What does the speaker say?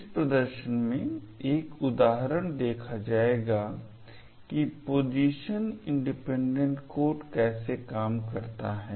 इस प्रदर्शन में एक उदाहरण देखा जाएगा कि पोजीशन इंडिपेंडेंट कोड कैसे काम करता है